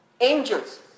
angels